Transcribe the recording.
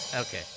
Okay